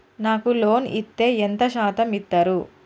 నాకు లోన్ ఇత్తే ఎంత శాతం ఇత్తరు?